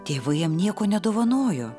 tėvai jam nieko nedovanojo